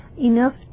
enough